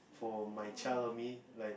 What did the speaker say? for my child and me like